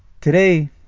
Today